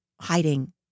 hiding